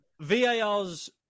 VAR's